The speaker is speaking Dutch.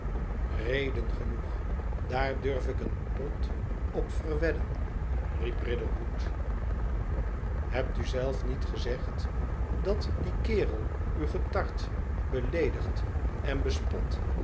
reden genoeg daar durf ik een pond op verwedden i riep riderhood hebt gij zelf niet gezegd dat die kerel u getart beleedigd en bespot